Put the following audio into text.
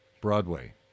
Broadway